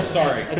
sorry